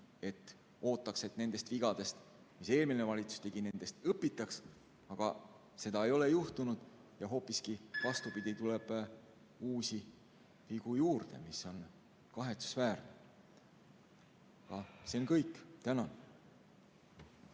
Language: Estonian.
Ootaks, et nendest vigadest, mis eelmine valitsus tegi, õpitaks. Aga seda ei ole juhtunud. Hoopis vastupidi, tuleb uusi vigu juurde. See on kahetsusväärne. See on kõik. Tänan!